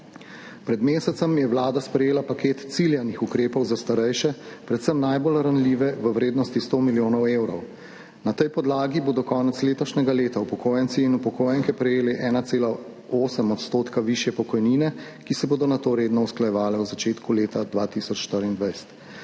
Pred mesecem je Vlada sprejela paket ciljanih ukrepov za starejše, predvsem najbolj ranljive, v vrednosti 100 milijonov evrov. Na tej podlagi bodo konec letošnjega leta upokojenci in upokojenke prejeli 1,8 % višje pokojnine, ki se bodo na to redno usklajevale v začetku leta 2024.